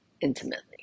intimately